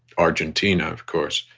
argentina. of course,